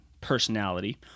personality